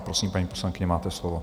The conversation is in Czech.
Prosím, paní poslankyně, máte slovo.